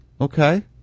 Okay